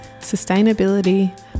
sustainability